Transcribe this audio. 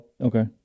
Okay